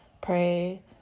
Pray